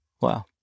wow